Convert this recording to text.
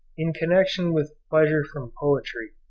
in connection with pleasure from poetry,